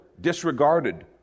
disregarded